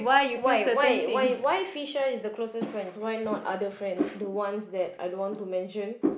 why why why why Phisha is the closest friends why not other friends the ones that I don't want to mention